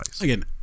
again